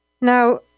Now